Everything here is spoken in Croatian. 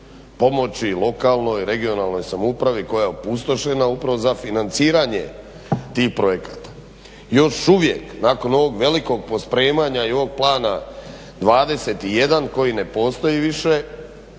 pomoći lokalnoj, regionalnoj samoupravi koja je opustošena upravo za financiranje tih projekata. Još uvijek nakon ovog velikog pospremanja i ovog plana 21 koji ne postoji više